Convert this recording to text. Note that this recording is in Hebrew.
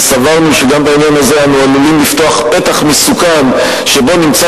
וסברנו שגם בעניין הזה אנו עלולים לפתוח פתח מסוכן שבו נמצא